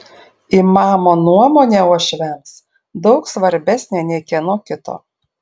imamo nuomonė uošviams daug svarbesnė nei kieno kito